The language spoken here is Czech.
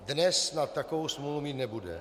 Dnes snad takovou smůlu mít nebude.